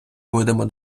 будемо